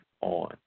on